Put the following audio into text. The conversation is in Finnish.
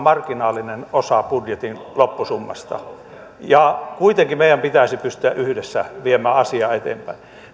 marginaalinen osa budjetin loppusummasta ja kuitenkin meidän pitäisi pystyä yhdessä viemään asiaa eteenpäin